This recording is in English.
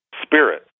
Spirit